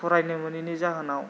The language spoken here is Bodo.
फरायनो मोनैनि जाहोनाव